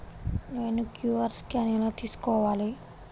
నేను QR scan ఎలా తీసుకోవాలి?